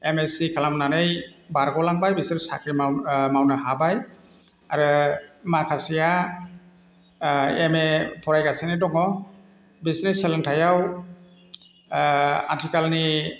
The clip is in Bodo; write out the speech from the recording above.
एम एस सि खालामनानै बारग' लांबाय बिसोर साख्रि मावनो हाबाय आरो माखासेया एम ए फरायगासिनो दङ बिसिनि सोलोंथायाव आथिखालनि